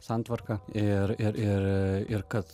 santvarką ir ir ir ir kad